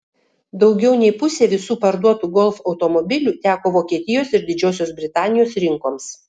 daugiau nei pusė visų parduotų golf automobilių teko vokietijos ir didžiosios britanijos rinkoms